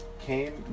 came